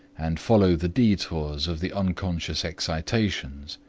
and follow the detours of the unconscious excitations.